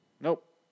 Nope